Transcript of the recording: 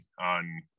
on